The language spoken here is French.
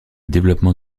développement